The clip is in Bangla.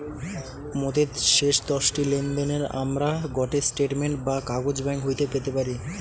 মোদের শেষ দশটি লেনদেনের আমরা গটে স্টেটমেন্ট বা কাগজ ব্যাঙ্ক হইতে পেতে পারি